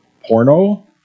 porno